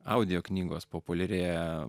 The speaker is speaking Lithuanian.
audio knygos populiarėja